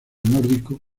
nórdico